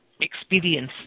experience